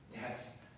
Yes